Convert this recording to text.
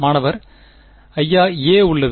மாணவர் ஐயா a உள்ளது